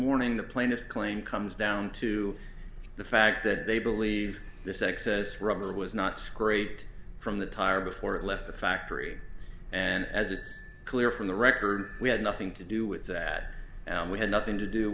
morning the plaintiff's claim comes down to the fact that they believe this excess rubber was not scraped from the tire before it left the factory and as it's clear from the record we had nothing to do with that and we had nothing to do